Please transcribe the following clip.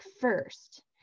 first